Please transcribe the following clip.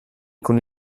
con